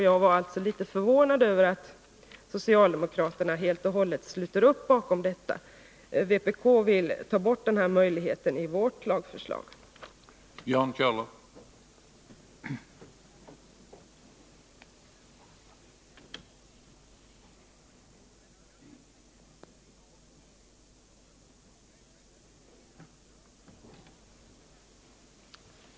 Jag blev litet förvånad över att socialdemokraterna helt och hållet sluter upp bakom det förslaget. Vpk vill i sitt lagförslag ta bort denna möjlighet till avskiljande.